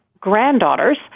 granddaughters